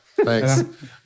Thanks